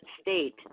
state